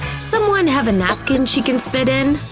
someone have a napkin she can spit in?